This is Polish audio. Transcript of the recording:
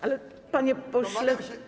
Ale panie pośle.